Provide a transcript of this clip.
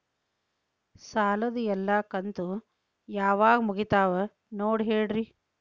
ಸಾಲದ ಎಲ್ಲಾ ಕಂತು ಯಾವಾಗ ಮುಗಿತಾವ ನೋಡಿ ಹೇಳ್ರಿ